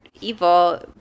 evil